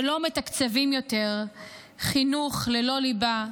ולא מתקצבים יותר חינוך ללא ליבה,